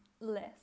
less